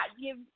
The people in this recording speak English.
give